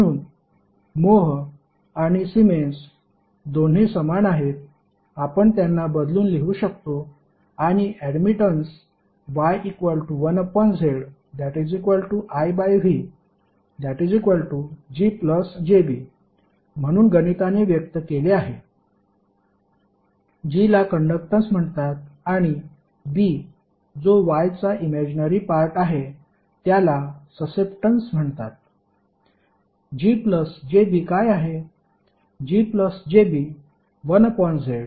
म्हणून मोह आणि सीमेन्स दोन्ही समान आहेत आपण त्यांना बदलून लिहू शकतो आणि ऍडमिटन्स Y1ZIVGjB म्हणून गणितीने व्यक्त केले आहे G ला कंडक्टन्स म्हणतात आणि B जो Y चा इमॅजीनरी पार्ट आहे त्याला ससेप्टन्स म्हणतात